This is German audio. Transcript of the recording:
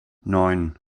neun